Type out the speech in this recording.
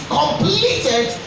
completed